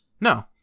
no